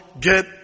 get